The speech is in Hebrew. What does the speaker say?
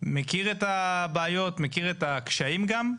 מכיר את הבעיות, מכיר את הקשיים גם,